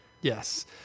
Yes